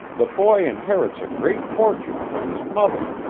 the boy inherits a great fortune from his mother.